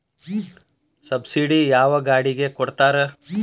Subsidy ಯಾವ ಗಾಡಿಗೆ ಕೊಡ್ತಾರ?